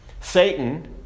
Satan